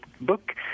book